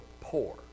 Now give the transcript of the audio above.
poor